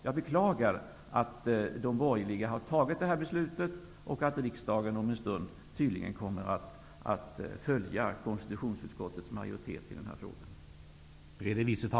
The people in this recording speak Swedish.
Jag beklagar att de borgerliga partierna har fattat detta beslut och att riksdagen om en stund tydligen kommer att följa konstitutionsutskottets majoritet i denna fråga.